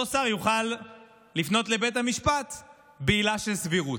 אותו שר יוכל לפנות לבית המשפט בעילה של סבירות.